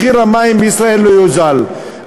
מחיר המים בישראל לא יוזל.